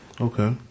Okay